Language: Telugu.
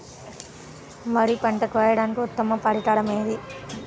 వరి పంట కోయడానికి ఉత్తమ పరికరం ఏది?